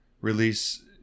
release